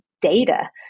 data